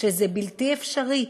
שזה בלתי אפשרי,